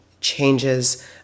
changes